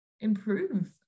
improve